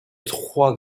trois